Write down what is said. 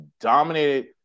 dominated